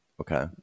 okay